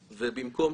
מבורך.